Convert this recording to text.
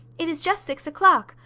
it is just six o'clock.